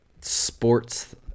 sports